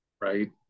Right